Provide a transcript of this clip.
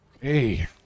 Hey